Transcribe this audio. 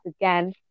again